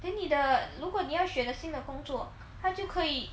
then 你的如果你要选的新的工作那就可以